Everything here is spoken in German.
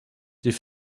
die